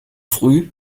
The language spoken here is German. früh